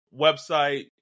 website